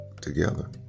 together